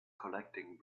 collecting